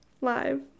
live